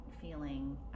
feeling